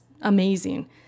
amazing